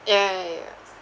ya ya ya